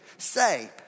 say